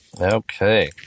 Okay